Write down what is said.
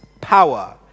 power